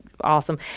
awesome